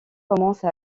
commence